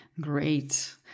Great